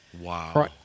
Wow